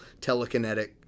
telekinetic